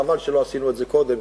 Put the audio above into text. חבל שלא עשינו את זה קודם,